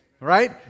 right